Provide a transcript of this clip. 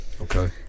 Okay